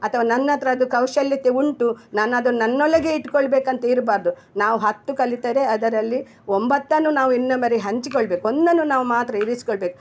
ಅಥವಾ ನನ್ನ ಹತ್ರ ಅದು ಕೌಶಲ್ಯತೆ ಉಂಟು ನಾನು ಅದನ್ನ ನನ್ನೊಳಗೆ ಇಟ್ಕೊಳ್ಬೇಕಂತ ಇರಬಾರ್ದು ನಾವು ಹತ್ತು ಕಲಿತರೆ ಅದರಲ್ಲಿ ಒಂಬತ್ತನ್ನು ನಾವು ಇನ್ನೊಬ್ಬರಿಗೆ ಹಂಚಿಕೊಳ್ಳಬೇಕು ಒಂದನ್ನು ನಾವು ಮಾತ್ರ ಇರಿಸ್ಕೊಳ್ಳಬೇಕು